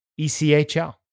ECHL